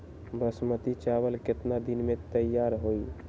बासमती चावल केतना दिन में तयार होई?